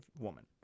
woman